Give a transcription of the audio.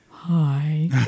Hi